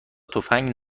تفنگ